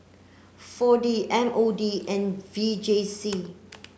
four D M O D and V J C